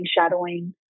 shadowing